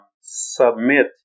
submit